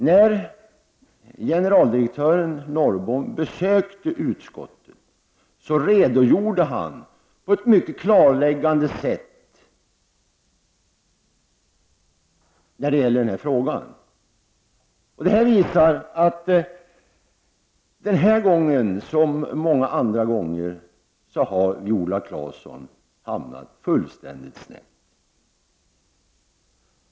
När generaldirektören Norrbom besökte utskottet, redogjorde han på ett mycket klarläggande sätt för frågan, och det visar att den här gången som många andra gånger har Viola Claesson hamnat fullständigt snett.